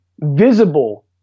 visible